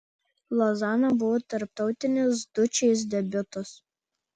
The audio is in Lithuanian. lozana buvo tarptautinis dučės debiutas